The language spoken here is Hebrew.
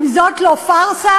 אם זאת לא פארסה,